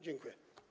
Dziękuję.